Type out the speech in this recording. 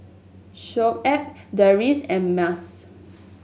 Shoaib Deris and Mas